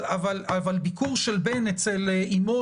אבל ביקור של בן אצל אמו,